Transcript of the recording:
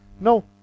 no